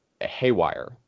haywire